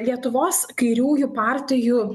lietuvos kairiųjų partijų